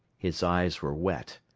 his eyes were wet.